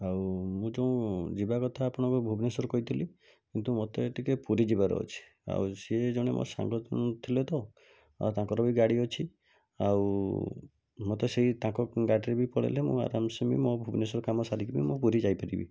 ଆଉ ମୁଁ ଯେଉଁ ଯିବା କଥା ଆପଣଙ୍କୁ ଭୁବନେଶ୍ୱର କହିଥିଲି କିନ୍ତୁ ମୋତେ ଟିକିଏ ପୁରୀ ଯିବାର ଅଛି ଆଉ ସିଏ ଜଣେ ମୋ ସାଙ୍ଗ ଥିଲେ ତ ଆଉ ତାଙ୍କର ବି ଗାଡ଼ି ଅଛି ଆଉ ମୋତେ ସେଇ ତାଙ୍କ ଗାଡ଼ିରେ ବି ପଳେଇଲେ ମୁଁ ଆରାମ ସେ ବି ମୋ ଭୁବନେଶ୍ୱର କାମ ସାରିକି ବି ମୁଁ ପୁରୀ ଯାଇପାରିବି